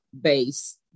base